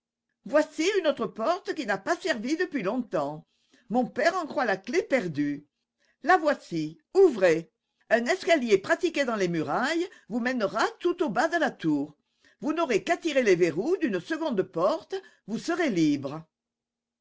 voici une autre porte qui n'a pas servi depuis longtemps mon père en croit la clef perdue la voici ouvrez un escalier pratiqué dans les murailles vous mènera tout au bas de la tour vous n'aurez qu'à tirer les verrous d'une seconde porte vous serez libre